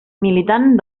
militant